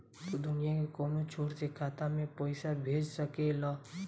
तू दुनिया के कौनो छोर से खाता में पईसा भेज सकेल